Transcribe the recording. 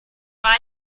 war